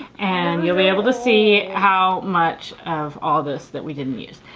and you will be able to see how much of all this that we didn't use.